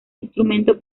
instrumento